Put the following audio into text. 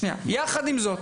יחד עם זאת,